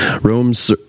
Rome's